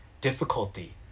difficulty